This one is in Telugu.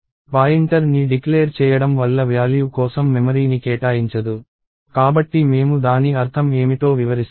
పాయింటర్ని డిక్లేర్ చేయడం వల్ల వ్యాల్యూ కోసం మెమరీని కేటాయించదు కాబట్టి మేము దాని అర్థం ఏమిటో వివరిస్తాము